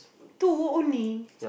two only